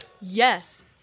Yes